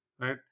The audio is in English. right